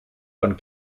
τον